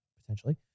potentially